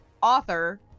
author